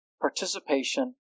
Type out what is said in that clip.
participation